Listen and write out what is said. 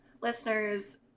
listeners